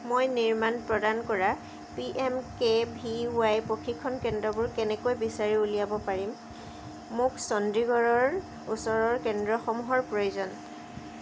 মই নিৰ্মাণ প্ৰদান কৰা P M K V Y প্ৰশিক্ষণ কেন্দ্ৰবোৰ কেনেকৈ বিচাৰি উলিয়াব পাৰিম মোক চণ্ডীগড়ৰ ওচৰৰ কেন্দ্ৰসমূহৰ প্ৰয়োজন